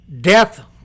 Death